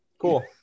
cool